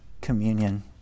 communion